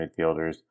midfielders